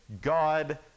God